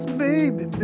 baby